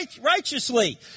righteously